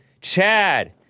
Chad